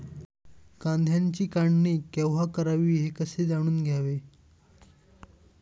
कांद्याची काढणी केव्हा करावी हे कसे जाणून घ्यावे?